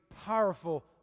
powerful